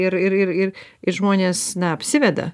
ir ir ir ir ir žmonės na apsiveda